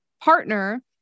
partner